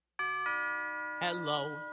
Hello